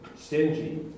stingy